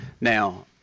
Now